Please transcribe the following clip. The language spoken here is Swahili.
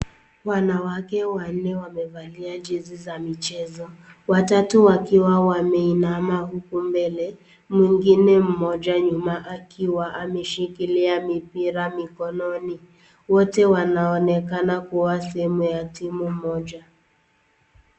Wanawake wanne wamevalia jezi za michezo, watatu wakiwa wameinama uku mbele mwingine mmoja nyuma akiwa ameshikilia mipira mikononi, wote wanaonekana kuwa sehemu ya timu moja.